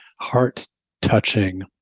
heart-touching